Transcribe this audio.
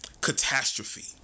catastrophe